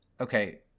okay